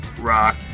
rock